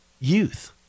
youth